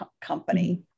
company